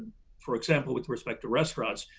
for example, with respect to restaurants,